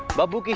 babbu,